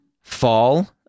fall